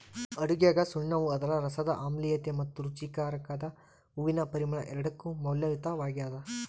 ಅಡುಗೆಗಸುಣ್ಣವು ಅದರ ರಸದ ಆಮ್ಲೀಯತೆ ಮತ್ತು ರುಚಿಕಾರಕದ ಹೂವಿನ ಪರಿಮಳ ಎರಡಕ್ಕೂ ಮೌಲ್ಯಯುತವಾಗ್ಯದ